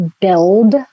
build